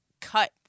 cut